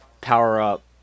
power-up